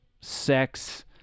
sex